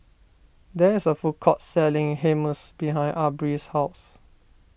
there is a food court selling Hummus behind Aubrey's house